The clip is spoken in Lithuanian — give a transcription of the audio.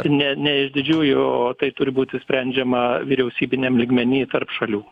ne ne iš didžiųjų o tai turi būti sprendžiama vyriausybiniam lygmeny tarp šalių